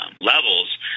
levels